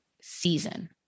season